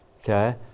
Okay